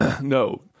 No